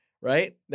Right